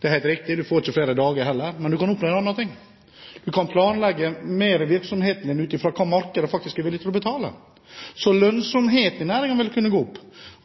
er helt riktig. Man får ikke flere dager heller. Men man kan oppnå en annen ting, man kan planlegge virksomheten mer ut fra hva markedet er villig til å betale. Så lønnsomheten i næringen vil kunne gå opp,